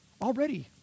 already